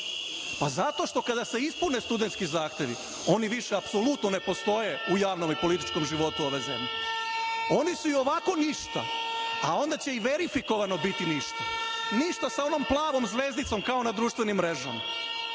Pa, zato što, kada se ispune studentski zahtevi, oni više ne postoje u javnom i političkom životu ove zemlje. Oni su i ovako ništa, a onda će i verifikovano biti ništa, ništa sa onom plavom zvezdicom kao na društvenim mrežama,